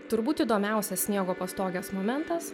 turbūt įdomiausias sniego pastogės momentas